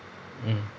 mm